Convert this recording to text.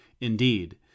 indeed